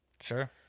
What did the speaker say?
Sure